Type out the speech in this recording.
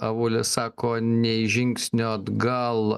avulis sako nei žingsnio atgal